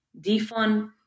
defund